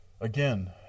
Again